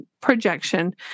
projection